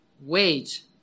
Wait